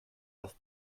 das